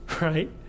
right